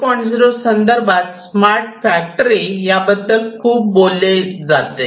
0 संदर्भात smart factory याबद्दल खूप काही बोलले जाते